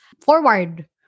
forward